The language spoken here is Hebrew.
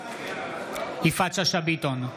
יפעת שאשא ביטון,